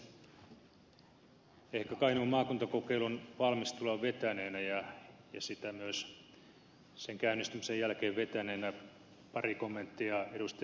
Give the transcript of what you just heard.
ehkä kainuun maakuntakokeilun valmistelua vetäneenä ja sitä myös sen käynnistymisen jälkeen vetäneenä pari kommenttia ed